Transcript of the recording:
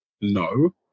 No